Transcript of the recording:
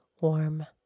warm